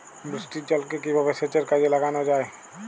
বৃষ্টির জলকে কিভাবে সেচের কাজে লাগানো যায়?